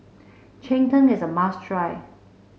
Cheng Tng is a must try